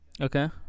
Okay